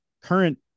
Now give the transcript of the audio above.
current